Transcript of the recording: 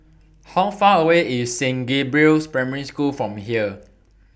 How Far away IS Saint Gabriel's Primary School from here